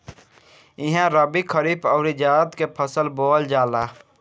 इहा रबी, खरीफ अउरी जायद के फसल बोअल जाला